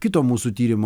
kito mūsų tyrimo